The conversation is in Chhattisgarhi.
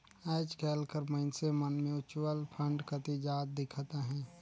आएज काएल कर मइनसे मन म्युचुअल फंड कती जात दिखत अहें